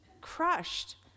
crushed